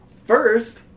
First